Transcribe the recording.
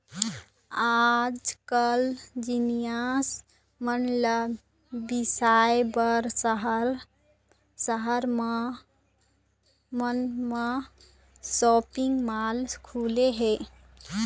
आजकाल जिनिस मन ल बिसाए बर सहर मन म सॉपिंग माल खुले हे